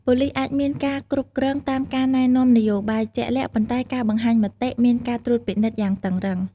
ប៉ូលីសអាចមានការគ្រប់គ្រងតាមការណែនាំនយោបាយជាក់លាក់ ប៉ុន្តែការបង្ហាញមតិមានការត្រួតពិនិត្យយ៉ាងតឹងរឹង។